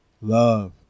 love